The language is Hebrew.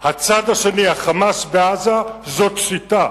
אצל הצד השני, ה"חמאס" בעזה, זו שיטה.